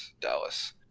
Dallas